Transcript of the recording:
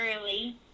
early